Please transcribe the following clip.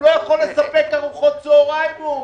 הוא לא יכול לספק ארוחות צוהריים, הוא אומר.